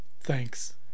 Thanks